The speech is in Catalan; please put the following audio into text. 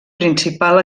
principal